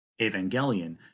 evangelion